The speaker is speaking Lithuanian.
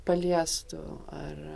paliestų ar